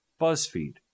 BuzzFeed